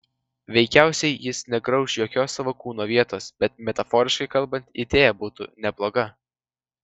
veikiausiai jis negrauš jokios savo kūno vietos bet metaforiškai kalbant idėja būtų nebloga